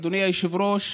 אדוני היושב-ראש,